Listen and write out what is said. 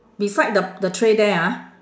beside the the tray there ah